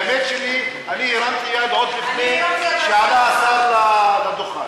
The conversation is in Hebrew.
האמת שלי, אני הרמתי יד עוד לפני שעלה השר לדוכן.